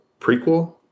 prequel